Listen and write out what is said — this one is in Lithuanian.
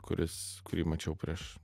kuris kurį mačiau prieš